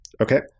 Okay